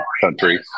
country